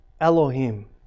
Elohim